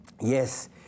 Yes